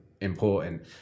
important